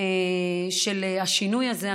של השינוי הזה,